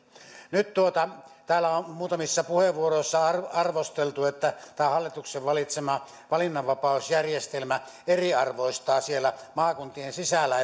nyt täällä on muutamissa puheenvuoroissa arvosteltu että tämä hallituksen valitsema valinnanvapausjärjestelmä eriarvoistaa siellä maakuntien sisällä